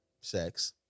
Sex